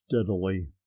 steadily